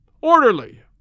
Orderly